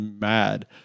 mad